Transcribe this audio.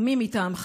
או מי מטעמך,